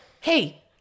Hey